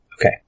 Okay